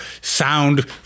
sound